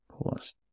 plus